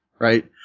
Right